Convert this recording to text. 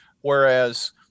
Whereas